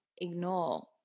ignore